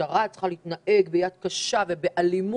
שהמשטרה צריכה להתנהג ביד קשה ובאלימות,